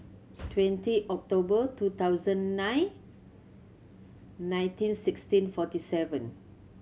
twenty October two thousand nine nineteen sixteen forty seven